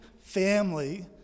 family